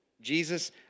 Jesus